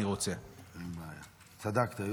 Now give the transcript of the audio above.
צדקת.